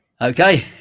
Okay